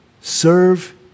serve